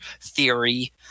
theory